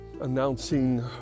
announcing